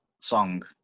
song